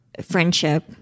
friendship